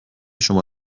شما